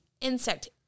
insect